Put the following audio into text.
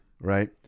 Right